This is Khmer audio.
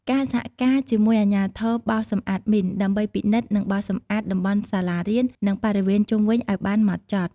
ការសហការជាមួយអាជ្ញាធរបោសសម្អាតមីន ដើម្បីពិនិត្យ និងបោសសម្អាតតំបន់សាលារៀន និងបរិវេណជុំវិញឱ្យបានហ្មត់ចត់។